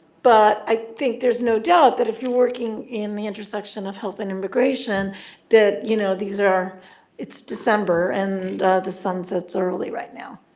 but i think there's no doubt that if you're working in the intersection of health and immigration that you know these are its december, and the sunsets are early right now.